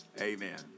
Amen